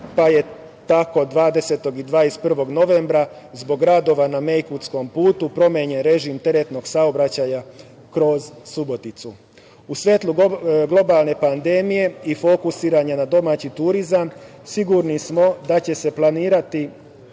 pa je tako 20. i 21. novembra zbog radova na Mejkutskom putu promenjen režim teretnog saobraćaja kroz Suboticu.U svetlu globalne pandemije i fokusiranja na domaći turizam, sigurni smo da će se planirati